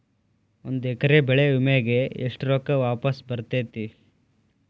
ಒಂದು ಎಕರೆ ಬೆಳೆ ವಿಮೆಗೆ ಎಷ್ಟ ರೊಕ್ಕ ವಾಪಸ್ ಬರತೇತಿ?